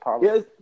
Yes